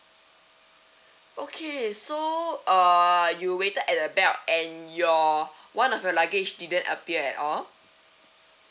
okay so uh you waited at the belt and your one of your luggage didn't appear at all